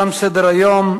תם סדר-היום.